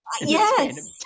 Yes